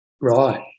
Right